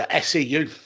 SEU